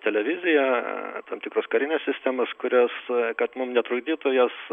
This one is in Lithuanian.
televizija tam tikros karinės sistemos kurios kad mum netrukdytų jos